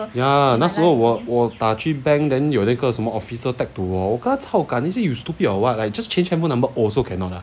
ya 那时候我我打去 bank then 有那个什么 officer tag to 我我跟他 chao gan is it you stupid or [what] I just change handphone number also cannot ah